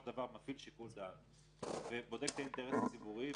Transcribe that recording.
של דבר מפעיל שיקול דעת ובודק את האינטרס הציבורי,